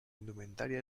indumentaria